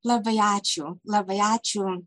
labai ačiū labai ačiū